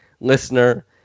listener